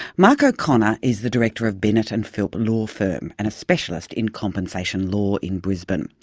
mark o'connor is the director of bennett and philp law firm and a specialist in compensation law in brisbane.